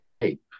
shape